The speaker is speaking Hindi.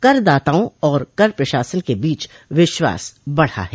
करदाताओं और कर प्रशासन के बीच विश्वास बढा है